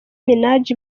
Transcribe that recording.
minaj